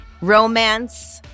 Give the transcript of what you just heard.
romance